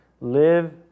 Live